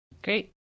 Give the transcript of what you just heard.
Great